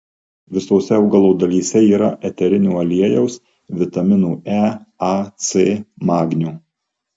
visose augalo dalyse yra eterinio aliejaus vitaminų e a c magnio